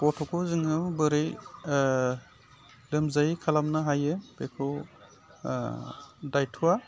गथ'खौ जोङो बोरै लोजायै खालामनो हायो बेखौ दायथ'आ